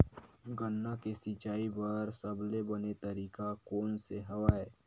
गन्ना के सिंचाई बर सबले बने तरीका कोन से हवय?